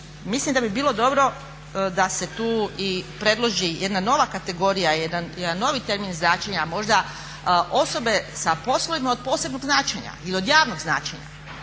Mislim da bi bilo dobro da se tu i predloži i jedna nova kategorija, jedan novi termin značenja. Možda osobe sa poslovima od posebnog značenja ili od javnog značenja.